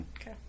Okay